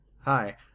Hi